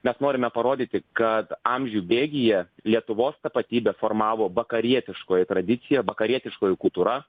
mes norime parodyti kad amžių bėgyje lietuvos tapatybę formavo vakarietiškoji tradicija vakarietiškoji kultūra